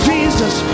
Jesus